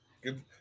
Good